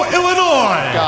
Illinois